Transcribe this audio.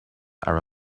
are